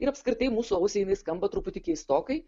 ir apskritai mūsų ausiai jinai skamba truputį keistokai